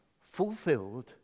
fulfilled